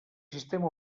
sistema